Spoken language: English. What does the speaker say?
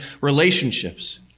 relationships